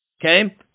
Okay